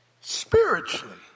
spiritually